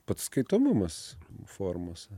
pats skaitomumas formose